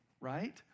Right